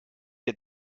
der